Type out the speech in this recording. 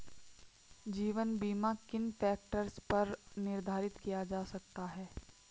जीवन बीमा किन फ़ैक्टर्स पर निर्धारित किया जा सकता है?